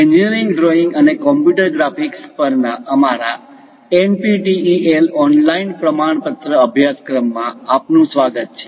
engineering drawing અને computer graphics પરના અમારા એનપીટીઈએલ ઓનલાઇન પ્રમાણપત્ર અભ્યાસક્રમ માં આપનું સ્વાગત છે